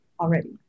already